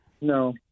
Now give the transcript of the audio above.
no